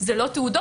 זה לא תעודות,